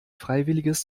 freiwilliges